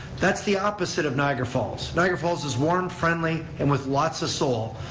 that's the opposite of niagara falls. niagara falls is warm, friendly, and with lots of soul.